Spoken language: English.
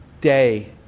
day